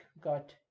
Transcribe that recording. got